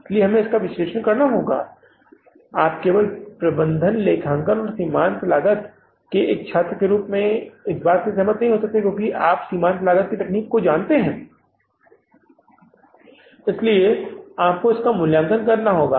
इसलिए हमें इसका विश्लेषण करना होगा आप केवल प्रबंधन लेखांकन और सीमांत लागत के एक छात्र के रूप में सहमत नहीं हो सकते क्योंकि आप सीमांत लागत की तकनीक जानते हैं इसलिए आपको इसका मूल्यांकन करना होगा